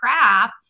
crap